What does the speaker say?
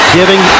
Giving